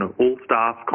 all-staff